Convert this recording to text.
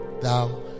thou